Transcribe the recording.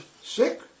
sick